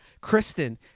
Kristen